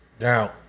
Now